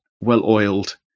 well-oiled